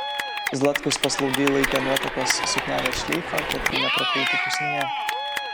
zlatkus paslaugiai laikė nuotakos suknelės šleifą kad neprapultų pusnyje